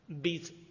beats